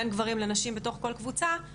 בין גברים לנשים בתוך כל קבוצה,